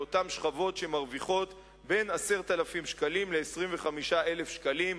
באותן שכבות שמרוויחות בין 10,000 שקלים ל-25,000 שקלים.